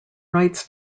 rights